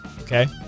Okay